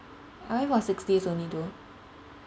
I was six days only though